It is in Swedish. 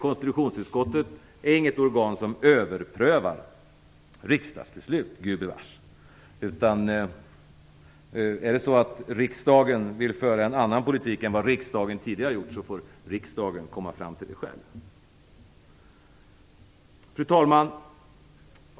Konstitutionsutskottet är inget organ som överprövar riksdagsbeslut, gubevars. Vill riksdagen föra en annan politik än riksdagen tidigare gjort, får riksdagen komma fram till det själv. Fru talman!